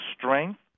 strength